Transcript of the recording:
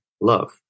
love